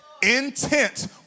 intent